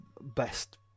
best